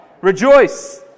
Rejoice